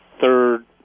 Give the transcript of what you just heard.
third